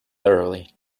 thoroughly